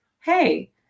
hey